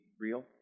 real